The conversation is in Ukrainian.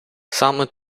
саме